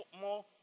more